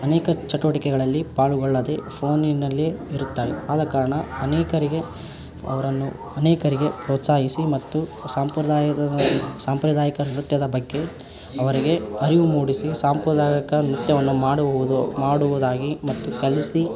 ಅನೇಕ ಚಟುವಟಿಕೆಗಳಲ್ಲಿ ಪಾಳ್ಗೊಳ್ಳದೆ ಫೋನಿನಲ್ಲಿಯೇ ಇರುತ್ತಾರೆ ಆದ ಕಾರಣ ಅನೇಕರಿಗೆ ಅವರನ್ನು ಅನೇಕರಿಗೆ ಪ್ರೋತ್ಸಾಹಿಸಿ ಮತ್ತು ಸಂಪ್ರದಾಯದ ಸಾಂಪ್ರದಾಯಿಕ ನೃತ್ಯದ ಬಗ್ಗೆ ಅವರಿಗೆ ಅರಿವು ಮೂಡಿಸಿ ಸಾಂಪ್ರದಾಯಿಕ ನೃತ್ಯವನ್ನು ಮಾಡುವುದು ಮಾಡುವುದಾಗಿ ಮತ್ತು ಕಲಿಸಿ